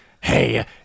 hey